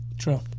True